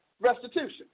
restitution